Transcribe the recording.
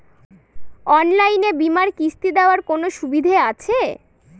অনলাইনে বীমার কিস্তি দেওয়ার কোন সুবিধে আছে?